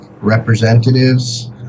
representatives